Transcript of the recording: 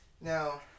Now